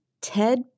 Ted